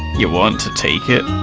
you want to take it?